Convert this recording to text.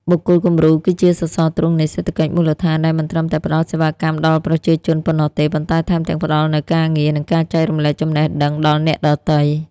បុគ្គលគំរូគឺជាសសរទ្រូងនៃសេដ្ឋកិច្ចមូលដ្ឋាន ដែលមិនត្រឹមតែផ្ដល់សេវាកម្មដល់ប្រជាជនប៉ុណ្ណោះទេ ប៉ុន្តែថែមទាំងផ្ដល់នូវការងារ និងការចែករំលែកចំណេះដឹងដល់អ្នកដទៃ។